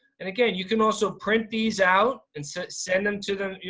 and again, you can also print these out and so send them to them,